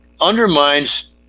undermines